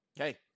Okay